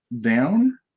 down